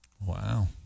Wow